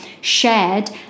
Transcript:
shared